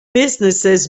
businesses